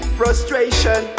frustration